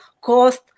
cost